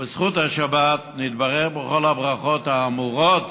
ובזכות השבת נתברך בכל הברכות האמורות